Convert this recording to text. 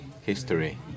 history